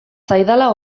zaidala